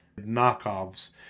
knockoffs